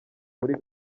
muri